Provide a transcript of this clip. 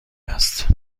است